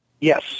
Yes